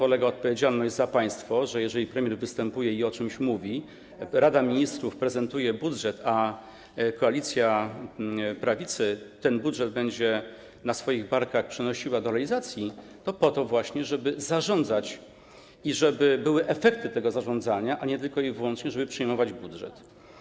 Odpowiedzialność za państwo polega na tym, że jeżeli premier występuje i o czymś mówi, Rada Ministrów prezentuje budżet, a koalicja prawicy ten budżet będzie na swoich barkach przenosiła do realizacji, to po to właśnie, żeby zarządzać i żeby były efekty tego zarządzania, a nie tylko i wyłącznie po to, żeby przyjmować budżet.